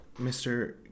Mr